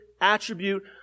attribute